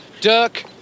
Dirk